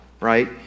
right